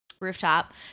rooftop